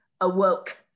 awoke